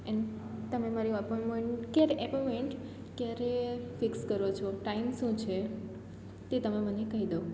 એમ તમે મારી એપોમેન્ટ ક્યારે ક્યારે ફિક્સ કરો છો ટાઈમ શું છે તે તમે મને કહી દો